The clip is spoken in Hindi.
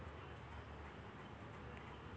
किसानों के लिए कितनी योजनाएं हैं?